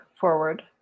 forward